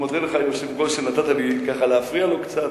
מודה לך, היושב-ראש, שנתת לי ככה להפריע לו קצת,